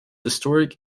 historic